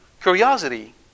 curiosity